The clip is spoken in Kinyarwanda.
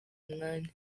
umwanya